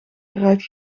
eruit